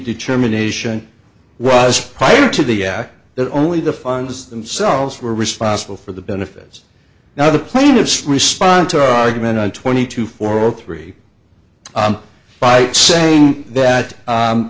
determination was prior to the act that only the funds themselves were responsible for the benefits now the plaintiffs respond to argument twenty two for all three bites saying that